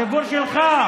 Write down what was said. הציבור שלך,